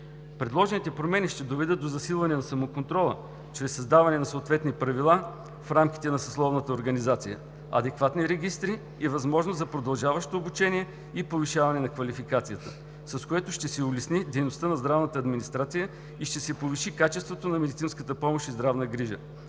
Предложените промени ще доведат до засилване на самоконтрола чрез създаване на съответни правила в рамките на съсловната организация, адекватни регистри и възможност за продължаващо обучение и повишаване на квалификацията, с което ще се улесни дейността на здравната администрация и ще се повиши качеството на медицинската помощ и здравна грижа.